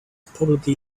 probably